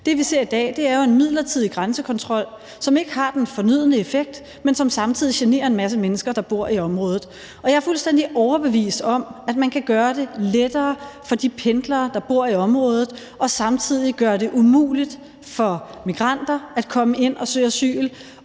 Det, vi ser i dag, er jo en midlertidig grænsekontrol, som ikke har den fornødne effekt, men som samtidig generer en masse mennesker, der bor i området. Jeg er fuldstændig overbevist om, at man kan gøre det lettere for de pendlere, der bor i området, og samtidig gøre det umuligt for migranter at komme ind og søge asyl